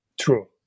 true